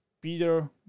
Peter